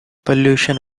pollution